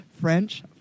French